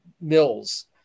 mills